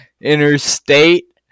interstate